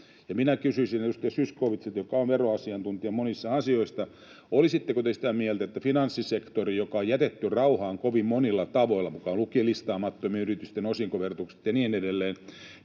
minä kysyisin edustaja Zyskowiczilta, joka on veroasiantuntija monissa asioissa, olisitteko te sitä mieltä, että finanssisektoria, joka on jätetty rauhaan kovin monilla tavoilla, mukaan lukien listaamattomien yritysten osinkoverotus ja niin edelleen,